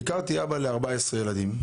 ביקרתי אבא ל-14 ילדים,